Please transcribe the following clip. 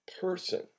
person